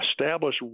establish